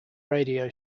radio